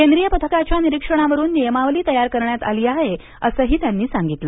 केंद्रिय पथकाच्या निरीक्षणावरून नियमावली तयार करण्यात आली आहे असंही त्यांनी सांगितलं